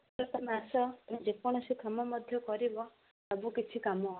ଯେ ତୁମେ ଆସ ତମେ ଯେକୌଣସି କାମ ମଧ୍ୟ କରିବ ସବୁକିଛି କାମ